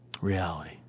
reality